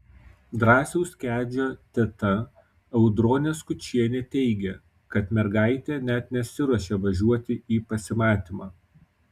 drąsiaus kedžio teta audronė skučienė teigė kad mergaitė net nesiruošė važiuoti į pasimatymą